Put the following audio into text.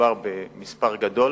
שמדובר במספר גדול,